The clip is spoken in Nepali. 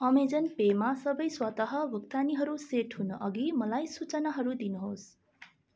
अमेजन पेमा सबै स्वत भुक्तानीहरू सेट हुनु अघि मलाई सूचनाहरू दिनुहोस्